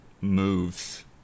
moves